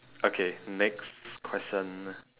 okay next question